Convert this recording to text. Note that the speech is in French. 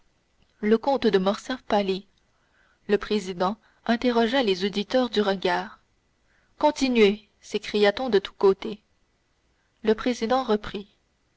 le comte de morcerf pâlit le président interrogea les auditeurs du regard continuez s'écria-t-on de tous côtés le président reprit